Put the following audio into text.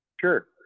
Sure